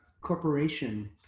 corporation